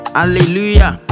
hallelujah